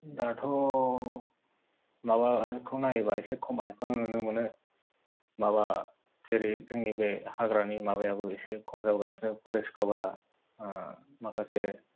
दाथ' माबाखौ नायोबा एसे खमायनायखौनो नुनो मोनो माबा जेरै जोंनि बे हाग्रानि माबायाबो एसै खम जाबोगासिनो परेस्त कभारा माखासे